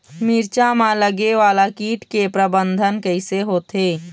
मिरचा मा लगे वाला कीट के प्रबंधन कइसे होथे?